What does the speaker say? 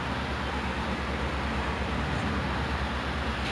cut down on our like plastic consumption lah